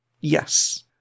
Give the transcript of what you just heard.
Yes